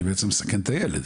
אני בעצם מסכן את הילד.